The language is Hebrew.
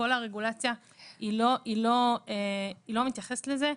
כל הרגולציה לא מתייחסת לזה.